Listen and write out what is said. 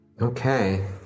Okay